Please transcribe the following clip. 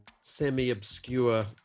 semi-obscure